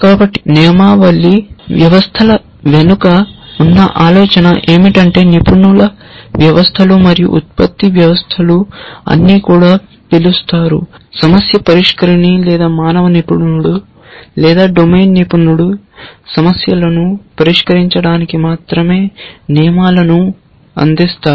కాబట్టి నియమావళి వ్యవస్థల వెనుక ఉన్న ఆలోచన ఏమిటంటే నిపుణుల వ్యవస్థలు మరియు ఉత్పత్తి వ్యవస్థలు అని కూడా పిలుస్తారు సమస్య పరిష్కరిణి లేదా మానవ నిపుణుడు లేదా డొమైన్ నిపుణుడు సమస్యలను పరిష్కరించడానికి మాత్రమే నియమాలను అందిస్తారు